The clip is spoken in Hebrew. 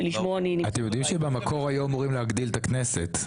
אתם יודעים שבמקור היו אמורים להגדיל את הכנסת.